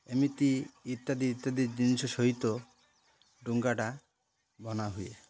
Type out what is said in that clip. ଏମିତି ଇତ୍ୟାଦି ଇତ୍ୟାଦି ଜିନିଷ ସହିତ ଡଙ୍ଗାଟା ବନାହୁୁଏ